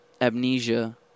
amnesia